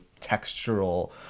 textural